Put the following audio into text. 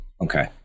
Okay